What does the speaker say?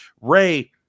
Ray